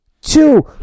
two